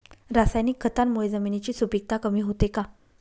रासायनिक खतांमुळे जमिनीची सुपिकता कमी होते का?